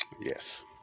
Yes